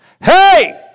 Hey